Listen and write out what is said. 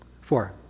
four